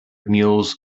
mules